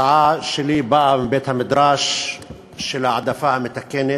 ההצעה שלי באה מבית-המדרש של ההעדפה המתקנת.